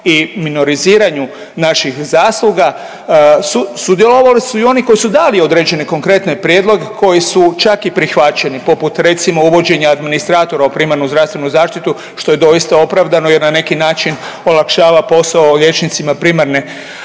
i minoriziranju naših zasluga sudjelovali su i oni koji su dali određene konkretne prijedloge koji su čak i prihvaćeni poput recimo uvođenja administratora u primarnu zdravstvenu zaštitu, što je doista opravdano jer na neki način olakšava posao liječnicima primarne